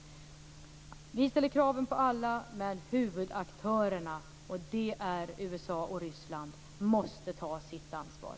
Vi ställer kraven på alla men huvudaktörerna, och de är USA och Ryssland, måste ta sitt ansvar.